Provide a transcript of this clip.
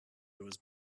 was